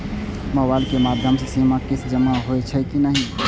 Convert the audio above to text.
Mobile के माध्यम से सीमा किस्त जमा होई छै कि नहिं?